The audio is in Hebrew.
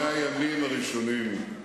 ב-100 הימים הראשונים,